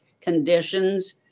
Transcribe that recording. conditions